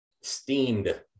steamed